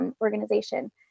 organization